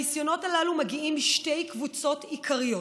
הניסיונות הללו מגיעים משתי קבוצות עיקריות: